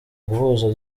guhuza